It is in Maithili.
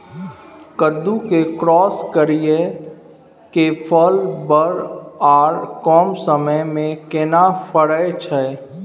कद्दू के क्रॉस करिये के फल बर आर कम समय में केना फरय छै?